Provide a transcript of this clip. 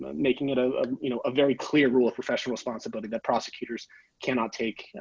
making it a you know, a very clear rule of professional responsibility that prosecutors cannot take